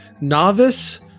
novice